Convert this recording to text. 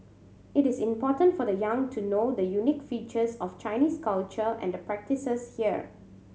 it is important for the young to know the unique features of Chinese culture and the practices here